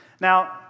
Now